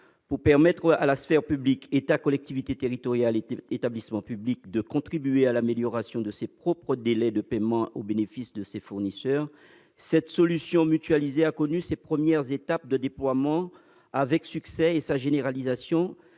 pour permettre à la sphère publique- État, collectivités territoriales, établissements publics -de contribuer à l'amélioration de ses propres délais de paiement au bénéfice de ses fournisseurs. Cette solution mutualisée a connu ses premières étapes de déploiement avec succès, et sa généralisation